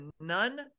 none